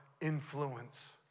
influence